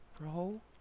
Bro